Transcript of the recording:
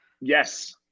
yes